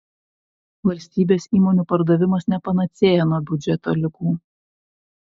valstybės įmonių pardavimas ne panacėja nuo biudžeto ligų